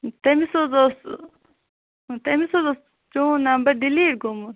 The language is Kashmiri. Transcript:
تٔمس حظ اوس ٲں تٔمس حظ اوس چیوٗن نمبر ڈِلیٖٹ گوٚمُت